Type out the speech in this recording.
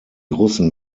russen